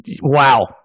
wow